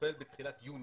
נופל בתחילת יוני.